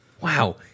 Wow